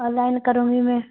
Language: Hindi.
ऑनलाइन करूँगी मैं